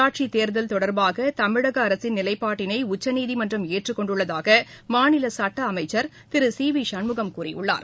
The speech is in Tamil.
உள்ளாட்சித் தேர்தல் தொடர்பாக தமிழக அரசின் நிலைப்பாட்டினை உச்சநீதிமன்றம் ஏற்றுக்கொண்டுள்ளதாக மாநில சட்ட அளமச்சர் திரு சி வி சண்முகம் கூறியுள்ளார்